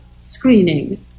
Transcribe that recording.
screening